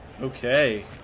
Okay